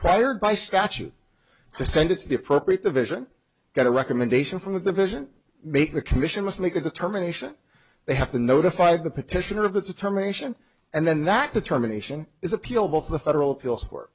required by statute to send it to the appropriate division got a recommendation from the division make the commission must make a determination they have to notify the petitioner of the determination and then that determination is appeal both the federal